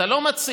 אתה לא מציע,